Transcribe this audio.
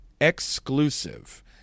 exclusive